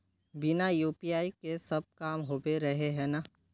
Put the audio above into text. बिना यु.पी.आई के सब काम होबे रहे है ना?